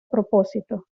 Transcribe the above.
propósito